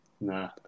nah